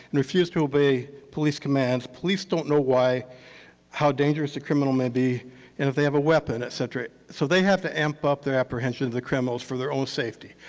and refuse to obey police commands police don't know how dangerous a criminal may be and if they have a weapon, et cetera, so they have to amp up their apprehensions of the criminals for their own safety.